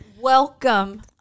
Welcome